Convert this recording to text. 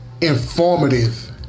Informative